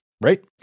right